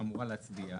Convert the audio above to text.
אמורה להצביע,